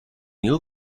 new